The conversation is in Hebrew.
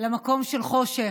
למקום של חושך.